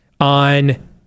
on